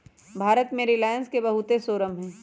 भारत में रिलाएंस के बहुते शोरूम हई